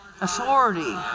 authority